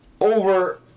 over